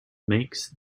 makes